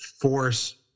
force